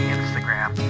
Instagram